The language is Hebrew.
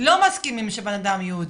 לא מסכימים של בן אדם יהודי.